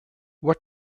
what